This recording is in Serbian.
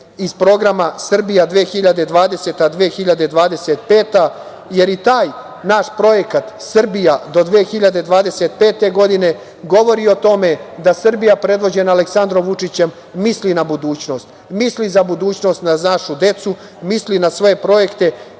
iz programa „Srbija 2025“, jer i taj naš projekat, „Srbija do 2025. godine“ govori o tome da Srbija predvođena Aleksandrom Vučićem misli na budućnost, misli za budućnost naše dece, misli na sve projekte